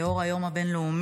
לאור היום הבין-לאומי,